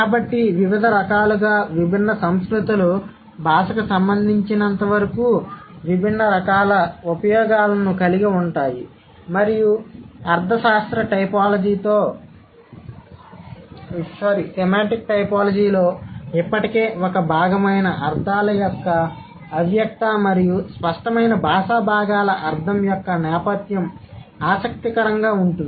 కాబట్టి వివిధ రకాలుగా విభిన్న సంస్కృతులు భాషకు సంబంధించినంతవరకు విభిన్న రకాల ఉపయోగాలను కలిగి ఉంటాయి మరియు సెమాంటిక్ టైపోలాజీలో ఇప్పటికే ఒక భాగమైన అర్థాల యొక్క అవ్యక్త మరియు స్పష్టమైన బాషా భాగాల అర్థం యొక్క నేపథ్యం ఆసక్తికరంగా ఉంటుంది